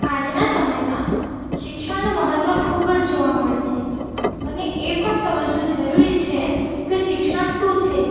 આજના સમયમાં શિક્ષણનું મહત્ત્વ ખૂબ જ જોવા મળે છે અને એ પણ સમજવું જરુરી છે કે શિક્ષણ શું છે